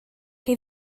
chi